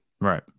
Right